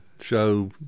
show